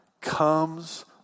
comes